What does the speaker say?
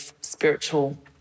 spiritual